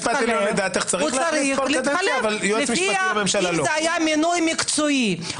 אני חושב שמן הראוי לקבוע שאחד השופטים יהיה שופט ערבי.